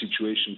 situation